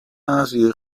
azië